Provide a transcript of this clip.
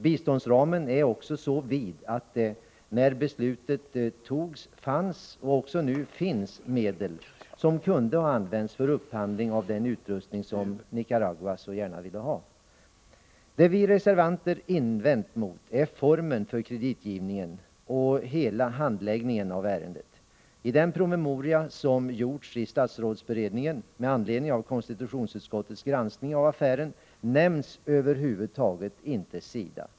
Biståndsramen är också så vid att när beslutet togs fanns, och det finns också nu, medel som kunde ha använts för upphandling av den utrustning som Nicaragua så gärna ville ha. Det vi reservanter invänt mot är formen för kreditgivningen och hela handläggningen av ärendet. I den promemoria som upprättats i statsrådsbe redningen med anledning av konstitutionsutskottets granskning av affären nämns över huvud taget inte SIDA.